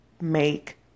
make